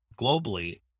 globally